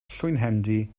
llwynhendy